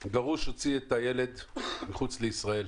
גרוש הוציא את הילד מחוץ לישראל.